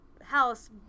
house